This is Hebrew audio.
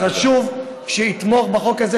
חשוב שיתמוך בחוק הזה,